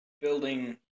building